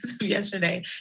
yesterday